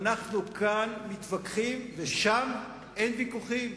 אנחנו כאן מתווכחים, ושם אין ויכוחים.